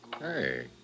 Hey